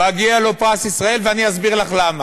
למה מגיע לו פרס ישראל, אתה יכול להגיד לי?